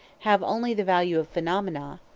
have only the value of phenomena,